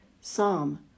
Psalm